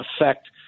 affect